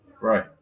Right